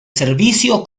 servicio